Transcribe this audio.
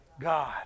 God